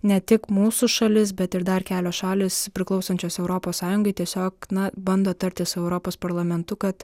ne tik mūsų šalis bet ir dar kelios šalys priklausančios europos sąjungai tiesiog na bando tartis su europos parlamentu kad